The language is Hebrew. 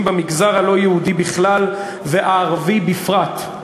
במגזר הלא-יהודי בכלל והערבי בפרט.